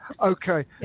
Okay